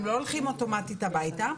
הם לא הולכים אוטומטית הביתה.